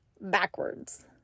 backwards